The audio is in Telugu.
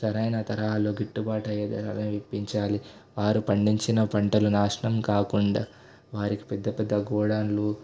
సరైన ధరలు గిట్టుబాటు అయ్యే ధరలు ఇప్పించాలి వారు పండించిన పంటలు నాశనం కాకుండా వారికి పెద్దపెద్ద గోడౌన్లు